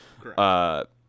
Correct